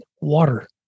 water